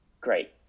great